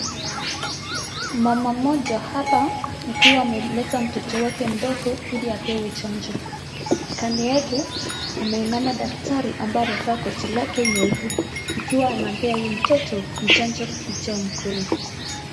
Mama mmoja hapa akiwa amemleta mtoto wake mdogo ili apewe chanjo. Kando yake ameinama daktari ambaye amevaa koti lake nyeupe ikiwa anampea hii mtoto chanjo kupitia mkono.